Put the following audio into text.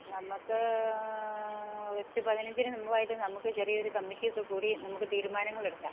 നമുക്ക് ജസ്റ്റ് പതിനഞ്ചിന് മുൻപായിട്ട് നമുക്ക് ചെറിയൊരു കമ്മിറ്റി ഒക്കെ കൂടി നമുക്ക് തീരുമാനങ്ങളെടുക്കാം